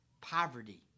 Poverty